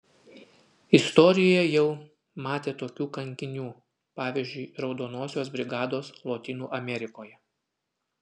istorija jau matė tokių kankinių pavyzdžiui raudonosios brigados lotynų amerikoje